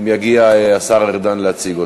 עברה, ותועבר לוועדת